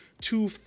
two